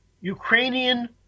Ukrainian